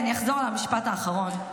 אני לא אהיה פה, בסדר.